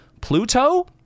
pluto